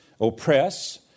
oppress